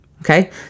Okay